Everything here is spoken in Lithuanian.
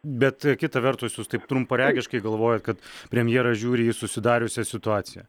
bet kita vertus jūs taip trumparegiškai galvojat kad premjeras žiūri į susidariusią situaciją